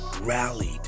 rallied